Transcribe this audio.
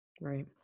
Right